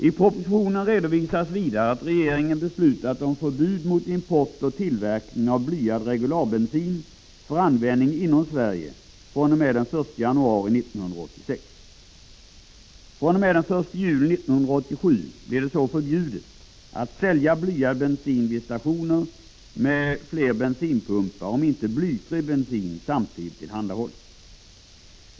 I propositionen redovisas vidare att regeringen beslutat om förbud mot import och tillverkning av blyad regularbensin för användning inom Sverige fr.o.m. den 1 januari 1986. fr.o.m. den 1 juli 1987 blir det förbjudet att sälja blyad bensin vid stationer med flera bensinpumpar om inte blyfri bensin samtidigt tillhandahålls.